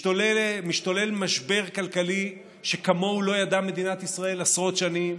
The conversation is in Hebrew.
משתולל משבר כלכלי שכמוהו לא ידעה מדינת ישראל עשרות שנים,